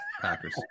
Packers